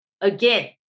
again